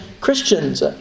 Christians